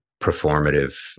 performative